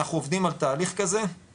אנחנו עובדים על תהליך כזה.